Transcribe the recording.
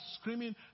screaming